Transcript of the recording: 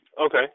Okay